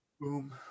boom